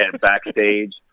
backstage